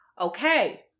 Okay